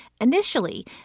Initially